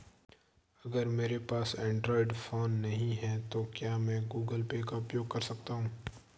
अगर मेरे पास एंड्रॉइड फोन नहीं है तो क्या मैं गूगल पे का उपयोग कर सकता हूं?